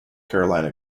carolina